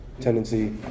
tendency